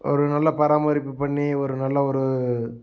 ஒரு நல்ல பராமரிப்பு பண்ணி ஒரு நல்ல ஒரு